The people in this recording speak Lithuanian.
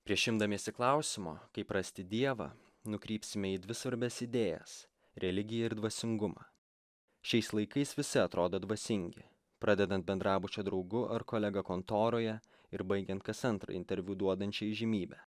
prieš imdamiesi klausimo kaip rasti dievą nukrypsime į dvi svarbias idėjas religiją ir dvasingumą šiais laikais visi atrodo dvasingi pradedant bendrabučio draugu ar kolega kontoroje ir baigiant kas antrą interviu duodančią įžymybe